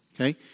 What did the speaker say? Okay